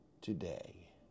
today